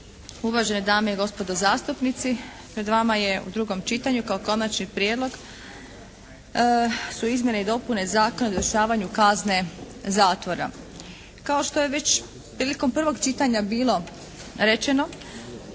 uvažene dame i gospodo zastupnici. Pred vama je u drugom čitanju kao Konačni prijedlog su izmjene i dopune Zakona o izvršavanju kazne zatvora. Kao što je već prilikom prvog čitanja bilo rečeno